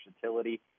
versatility